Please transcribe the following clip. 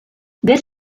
this